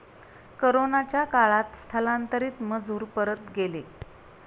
कोरोनाच्या काळात स्थलांतरित मजूर परत गेले